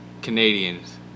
Canadians